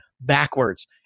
backwards